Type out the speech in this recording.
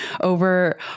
over